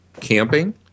camping